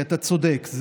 אתה צודק.